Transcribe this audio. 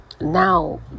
now